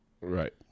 Right